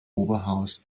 oberhaus